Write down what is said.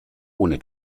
ohne